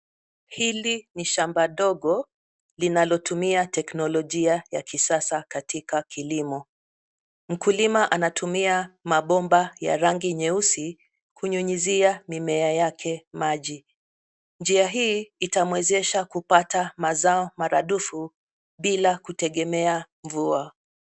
Hili ni shamba dogo linalotumia teknolojia ya kisasa katika kilimo. Mkulima anatumia mabomba ya rangi nyeusi kunyunyizia mimea yake maji. Njia hii itamwezesha kupata mazao maradufu bila kutegemea mvua.